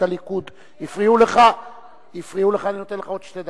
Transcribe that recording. הליכוד הפריעו לך אני נותן לך עוד שתי דקות.